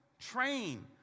train